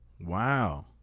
Wow